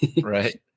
Right